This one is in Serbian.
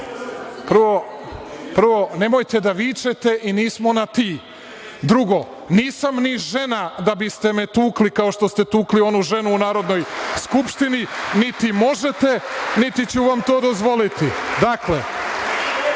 nemojte da vičete i nismo na „ti“. Drugo, nisam ni žena da biste me tukli kao što ste tukli onu ženu u Narodnoj skupštini, niti možete, niti ću vam to dozvoliti. Zvali